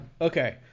Okay